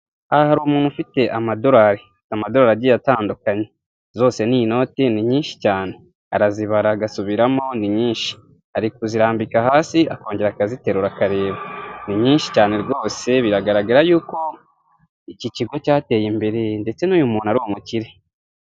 Aha hari umuntu ufite amadorari. Amadorari agiye atandukanye. Zose ni inoti ni nyinshi cyane. Arazibara agasubiramo ni nyinshi. Ari kuzirambika hasi akongera akaziterura akareba. Ni nyinshi cyane rwose, biragaragara y'uko iki kigo cyateye imbere ndetse n'uyu muntu ari umukire.